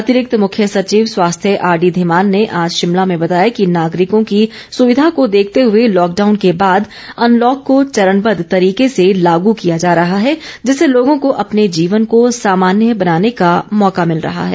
अतिरिक्त मुख्य सचिव स्वास्थ्य आरडी धीमान ने आज शिमला में बताया कि नागरिकों की सुविधा को देखते हुए लॉकडाउन के बाद अनलॉक को चरणबद्ध तरीके से लागू किया जा रहा है जिससे लोगों को अपने जीवन को सामान्य बनाने का मौका मिल रहा है